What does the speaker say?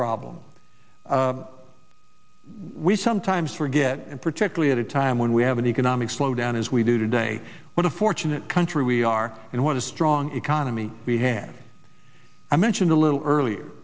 problem we sometimes forget and particularly at a time when we have an economic slowdown as we did today when a fortunate country we are and what a strong economy we had i mentioned a little earlier